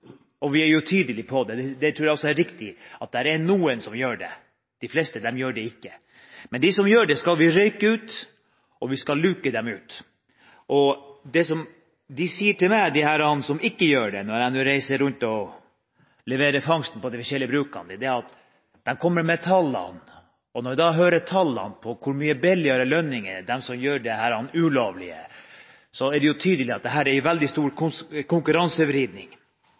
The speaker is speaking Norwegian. vi er tydelige på det, og det tror jeg også er riktig, at det er noen som gjør det, de fleste gjør det ikke – skal vi røyke ut, og vi skal luke dem ut. De som ikke gjør det, kommer til meg med tallene når jeg reiser rundt og leverer fangsten på de forskjellige brukene. Når vi hører tallene for hvor mye billigere lønningene er for dem som gjør dette ulovlige, er det tydelig at dette er en veldig stor konkurransevridning.